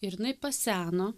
ir jinai paseno